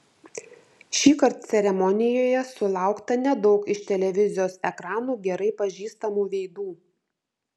šįkart ceremonijoje sulaukta nedaug iš televizijos ekranų gerai pažįstamų veidų